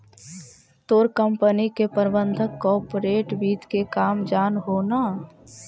तोर कंपनी के प्रबंधक कॉर्पोरेट वित्त के काम जान हो न